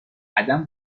قدم